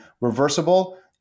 reversible